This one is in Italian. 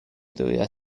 doveva